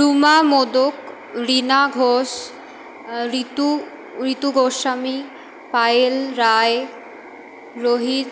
Ruma Modak Rina Ghosh Ritu Ritu Goswami Payel Roy Rohit